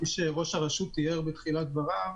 כפי שראש הרשות תיאר בתחילת דבריו.